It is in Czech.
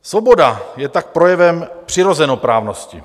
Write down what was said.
Svoboda je tak projevem přirozenoprávnosti.